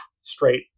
Straight